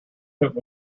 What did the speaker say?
have